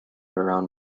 around